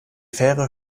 fähre